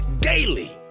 daily